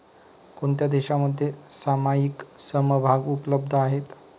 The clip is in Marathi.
कोणत्या देशांमध्ये सामायिक समभाग उपलब्ध आहेत?